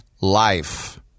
life